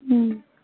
ਹਮ